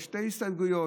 שתי הסתייגויות,